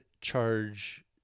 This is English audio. charge